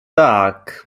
tak